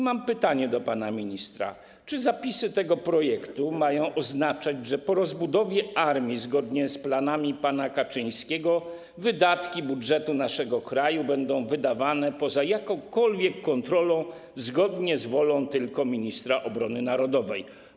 Mam pytanie do pana ministra: Czy zapisy tego projektu mają oznaczać, że po rozbudowie armii, zgodnie z planami pana Kaczyńskiego, wydatki budżetu naszego kraju będą wydawane poza jakąkolwiek kontrolą, zgodnie z wolą tylko ministra obrony narodowej?